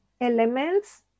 elements